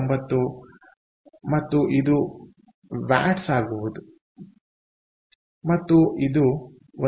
9 ಮತ್ತು ಇದು ವಾಟ್ಸ್ ಆಗುವುದು ಮತ್ತು ಇದು 1